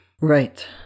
Right